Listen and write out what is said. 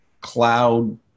cloud